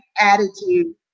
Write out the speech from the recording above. attitude